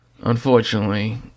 Unfortunately